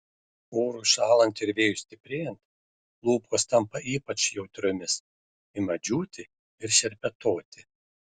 orui šąlant ir vėjui stiprėjant lūpos tampa ypač jautriomis ima džiūti ir šerpetoti